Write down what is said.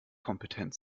kompetent